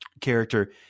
character